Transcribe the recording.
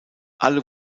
alle